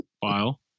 file